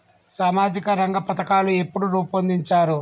సామాజిక రంగ పథకాలు ఎప్పుడు రూపొందించారు?